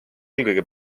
eelkõige